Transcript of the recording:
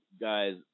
guys